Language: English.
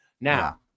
Now